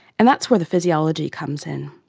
and that's where the physiology comes in.